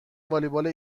والیبال